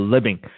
Living